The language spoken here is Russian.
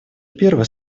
первый